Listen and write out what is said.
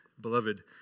beloved